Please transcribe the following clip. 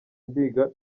ndiga